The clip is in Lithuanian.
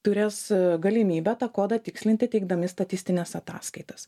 turės galimybę tą kodą tikslinti teikdami statistines ataskaitas